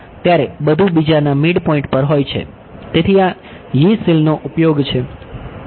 તેથી આ Yee cell નો ઉપયોગ છે